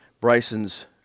Bryson's